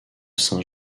saint